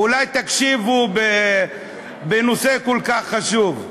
אולי תקשיבו, בנושא כל כך חשוב.